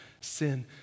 sin